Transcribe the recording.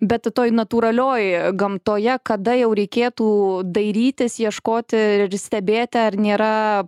bet toj natūralioj gamtoje kada jau reikėtų dairytis ieškoti ir stebėti ar nėra